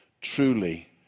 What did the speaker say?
Truly